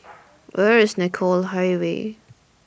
Where IS Nicoll Highway